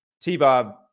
T-Bob